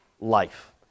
life